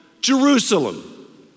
Jerusalem